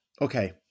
Okay